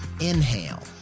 inhale